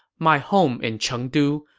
my home in chengdu,